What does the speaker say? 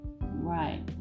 right